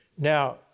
Now